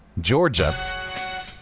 Georgia